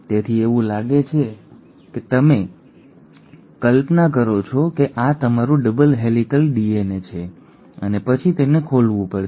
તેથી એવું લાગે છે કે તમે કલ્પના કરો છો કે આ તમારું ડબલ હેલિક્સ ડીએનએ છે અને પછી તેને ખોલવું પડશે